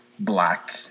black